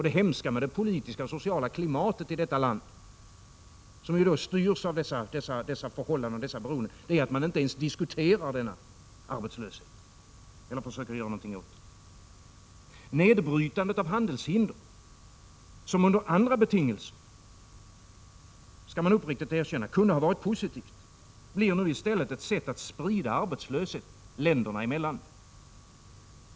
Det hemska med det politiska och sociala klimatet i detta land, som ju styrs av dessa förhållanden och dessa beroenden, är att man inte ens diskuterar denna arbetslöshet — eller försöker göra någonting åt den. Nedbrytandet av handelshinder, som under andra betingelser — det skall man uppriktigt erkänna — kunde ha varit positivt, blir nu i stället ett sätt att sprida arbetslöshet länderna emellan.